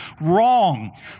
Wrong